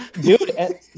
Dude